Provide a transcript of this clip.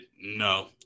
no